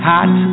Hot